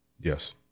Yes